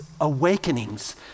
awakenings